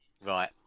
Right